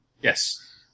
Yes